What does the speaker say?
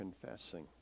confessing